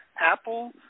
Apple